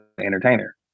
entertainer